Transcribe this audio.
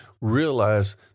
realize